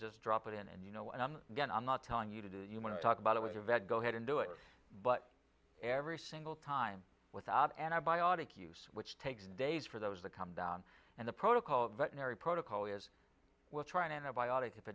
just drop it in and you know and i'm again i'm not telling you to do you want to talk about it with your vet go ahead and do it but every single time without antibiotic use which takes days for those that come down and the protocol veterinary protocol is we'll try an antibiotic if